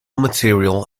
material